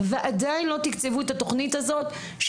ועדיין לא תקצבו את התוכנית הזאת.